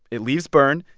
it leaves bern.